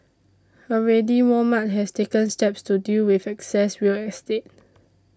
already Walmart has taken steps to deal with excess real estate